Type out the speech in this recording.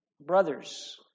brothers